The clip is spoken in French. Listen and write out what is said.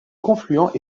confluent